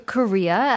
Korea